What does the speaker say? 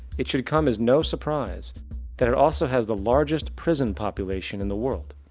it shall come as no surprise that it also has the largest prison population in the world.